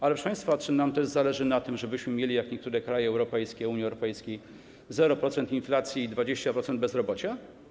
Ale, proszę państwa, czy nam zależy na tym, żebyśmy mieli, jak niektóre kraje Unii Europejskiej, 0% inflacji i 20% bezrobocia?